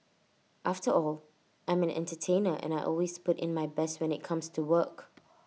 after all I'm an entertainer and I always put in my best when IT comes to work